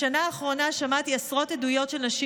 בשנה האחרונה שמעתי עשרות עדויות של נשים